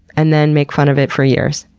and then make fun of it for years.